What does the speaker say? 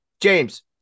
James